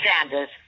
Sanders